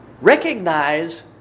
recognize